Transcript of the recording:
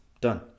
done